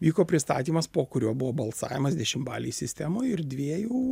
vyko pristatymas po kurio buvo balsavimas dešimtbalėj sistemoj ir dviejų